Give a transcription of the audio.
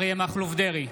בעד אריה מכלוף דרעי,